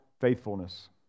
faithfulness